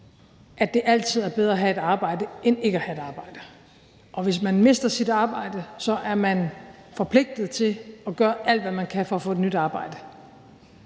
at det altid er bedre at have et arbejde end ikke at have et arbejde, og hvis man mister sit arbejde, er man forpligtet til at gøre alt, hvad man kan, for at få et nyt arbejde.